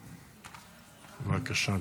בבקשה.